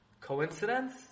Coincidence